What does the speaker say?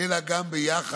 אלא גם ביחס